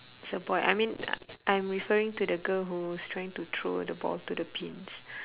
it's a boy I mean I'm referring to the girl who's trying to throw the ball to the pins